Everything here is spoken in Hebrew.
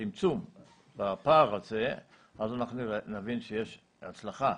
צמצום בפער הזה אז אנחנו נבין שיש הצלחה.